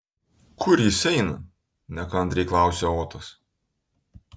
kur jis eina nekantriai klausia otas